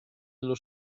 allo